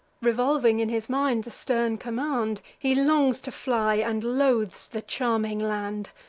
revolving in his mind the stern command, he longs to fly, and loathes the charming land.